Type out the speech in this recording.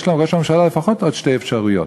יש לראש הממשלה לפחות עוד שתי אפשרויות,